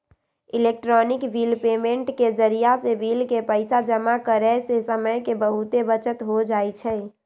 electronic bill payment के जरियासे bill के पइसा जमा करेयसे समय के बहूते बचत हो जाई छै